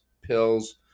pills